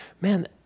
man